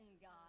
God